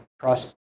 trust